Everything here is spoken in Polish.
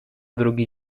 drugi